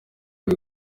ari